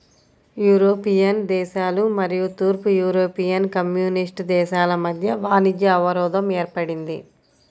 European దేశాలు మరియు తూర్పు యూరోపియన్ కమ్యూనిస్ట్ దేశాల మధ్య వాణిజ్య అవరోధం ఏర్పడింది